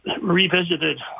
revisited